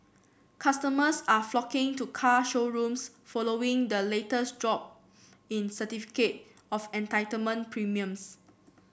customers are flocking to car showrooms following the latest drop in certificate of entitlement premiums